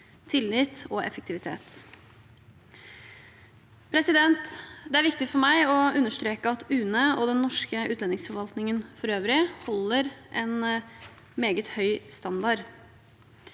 tillit og effektivitet. Det er viktig for meg å understreke at UNE og den norske utlendingsforvaltningen for øvrig holder en meget høy standard.